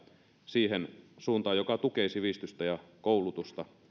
siihen suuntaan joka tukee sivistystä ja koulutusta